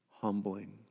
Humbling